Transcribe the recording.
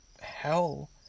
hell